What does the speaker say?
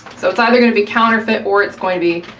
so it's either gonna be counterfeit or it's going to be